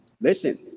listen